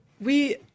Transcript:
We-